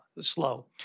slow